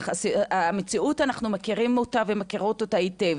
אנחנו מכירים ומכירות את המציאות היטב,